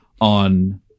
on